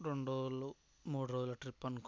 రెండు రోజులు మూడు రోజుల ట్రిప్ అనుకుంటున్నాను